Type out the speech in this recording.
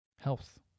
health